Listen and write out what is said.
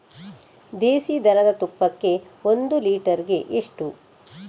ದೇಸಿ ದನದ ತುಪ್ಪಕ್ಕೆ ಒಂದು ಲೀಟರ್ಗೆ ಎಷ್ಟು?